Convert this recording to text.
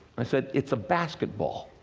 i said, it's a basketball.